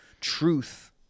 truth